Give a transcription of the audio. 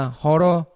horo